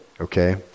okay